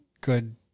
good